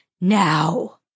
Now